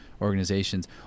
organizations